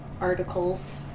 articles